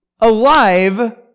alive